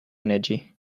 energy